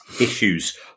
issues